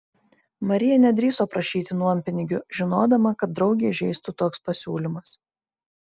marija nedrįso prašyti nuompinigių žinodama kad draugę įžeistų toks pasiūlymas